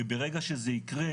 וברגע שזה יקרה,